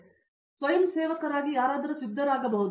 ಆದ್ದರಿಂದ ಸ್ವಯಂಸೇವಕರಾಗಲು ಯಾರಾದರೂ ಸಿದ್ಧರಾಗಬಹುದು